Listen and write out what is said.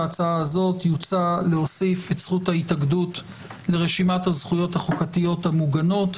יוצע להוסיף את זכות ההתאגדות לרשימת הזכויות החוקתיות המוגנות.